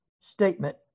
statement